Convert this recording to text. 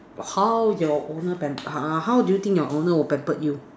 how your owner Vampire uh how do you think your owner will pamper you